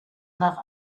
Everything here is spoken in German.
nach